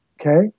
Okay